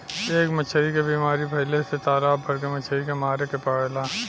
एक मछली के बीमारी भइले से तालाब भर के मछली के मारे के पड़ेला